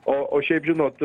o šiaip žinot